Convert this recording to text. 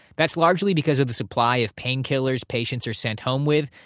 that's largely because of the supply of painkillers patients are sent home with,